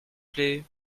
plait